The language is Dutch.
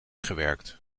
gewerkt